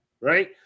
Right